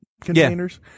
containers